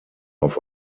auf